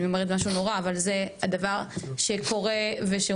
אני אומרת משהו נורא, אבל זה הדבר שקורה ושמשפיע.